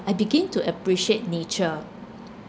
I begin to appreciate nature